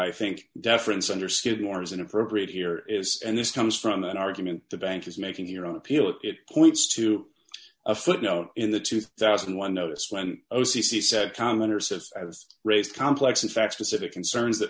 i think deference under skidmore is inappropriate here is and this comes from an argument the bank is making here on appeal if it points to a footnote in the two thousand and one notice when o c c said comment or since i was raised complex in fact specific concerns that